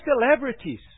celebrities